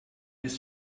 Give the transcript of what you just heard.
ist